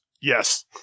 Yes